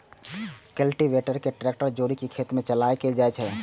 cultivator कें tractor सं जोड़ि कें खेत मे चलाएल जाइ छै